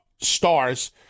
stars